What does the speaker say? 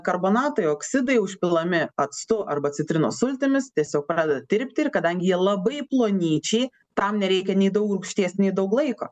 karbonatai oksidai užpilami actu arba citrinos sultimis tiesiog pradeda tirpti ir kadangi jie labai plonyčiai tam nereikia nei daug rūgšties nei daug laiko